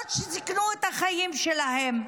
למרות שסיכנו את החיים שלהם,